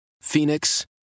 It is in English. Phoenix